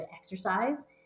exercise